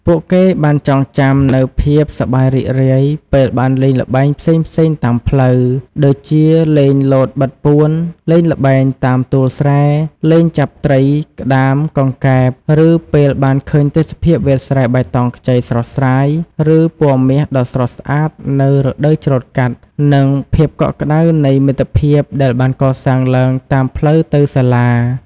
ពួកគេបានចងចាំនូវភាពសប្បាយរីករាយពេលបានលេងល្បែងផ្សេងៗតាមផ្លូវ ដូចជាលេងលោតបិទពួន លេងល្បែងតាមទួលស្រែ លេងចាប់ត្រី ក្តាម កង្កែប ឬពេលបានឃើញទេសភាពវាលស្រែបៃតងខ្ចីស្រស់ស្រាយ ឬពណ៌មាសដ៏ស្រស់ស្អាតនៅរដូវច្រូតកាត់ និងភាពកក់ក្តៅនៃមិត្តភាពដែលបានកសាងឡើងតាមផ្លូវទៅសាលា។